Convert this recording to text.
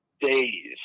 days